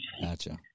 Gotcha